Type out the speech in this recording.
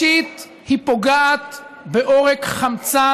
אז אתה מצביע